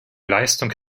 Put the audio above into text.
leistung